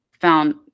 found